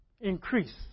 Increase